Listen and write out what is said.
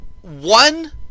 one